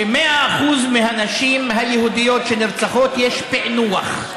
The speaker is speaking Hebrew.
שלגבי 100% של הנשים היהודיות שנרצחות יש פענוח,